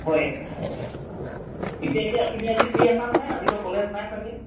হয় পিছে এতিয়া তুমি আজি ফ্ৰি আছা নহয় আজিতো কলেজ নাই ছাগৈ